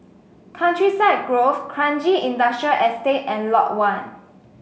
Countryside Grove Kranji Industrial Estate and Lot One